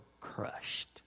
crushed